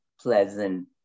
pleasant